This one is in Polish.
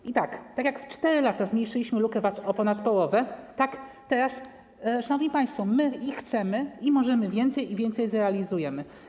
I tak jak w 4 lata zmniejszyliśmy lukę VAT o ponad połowę, tak teraz, szanowni państwo, my chcemy i możemy więcej, i więcej zrealizujemy.